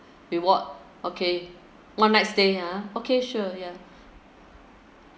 reward okay one night stay ah okay sure yeah